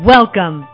Welcome